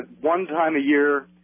one-time-a-year